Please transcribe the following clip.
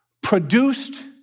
produced